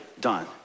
done